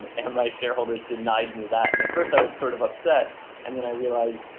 and and my shareholders denied me that. and at first i was sort of upset and then i realised,